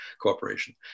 cooperation